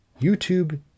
YouTube